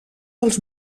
dels